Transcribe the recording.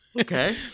Okay